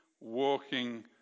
working